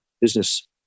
business